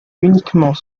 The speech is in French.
uniquement